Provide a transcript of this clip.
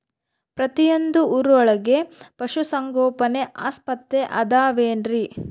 ಪ್ರತಿಯೊಂದು ಊರೊಳಗೆ ಪಶುಸಂಗೋಪನೆ ಆಸ್ಪತ್ರೆ ಅದವೇನ್ರಿ?